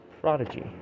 Prodigy